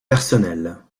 personnelles